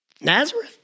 Nazareth